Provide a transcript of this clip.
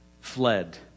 fled